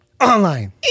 online